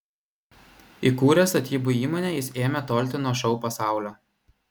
įkūręs statybų įmonę jis ėmė tolti nuo šou pasaulio